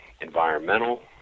environmental